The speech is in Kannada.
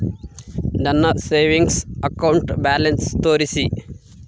ನನ್ನ ಸೇವಿಂಗ್ಸ್ ಅಕೌಂಟ್ ಬ್ಯಾಲೆನ್ಸ್ ತೋರಿಸಿ?